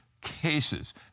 cases